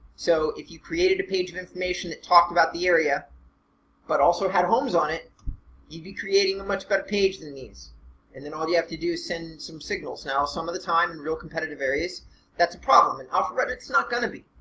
so if you created a page of information that talked about the area but also had homes on it you'd be creating a much better page than these and then all you have to do is send some signals. now some of the time in real competitive areas that's a problem in alpharetta it's not going to be.